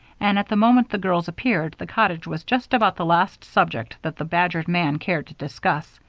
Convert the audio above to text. and, at the moment the girls appeared, the cottage was just about the last subject that the badgered man cared to discuss.